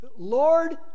Lord